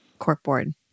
Corkboard